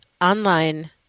online